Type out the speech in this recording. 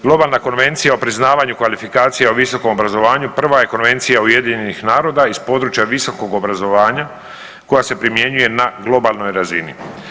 Globalna konvencija o priznavanju kvalifikacija o visokom obrazovanju prva je konvencija UN-a iz područja visokog obrazovanja koja se primjenjuje na globalnoj razini.